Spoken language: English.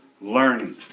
learning